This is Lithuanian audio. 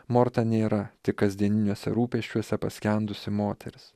morta nėra tik kasdieniniuose rūpesčiuose paskendusi moteris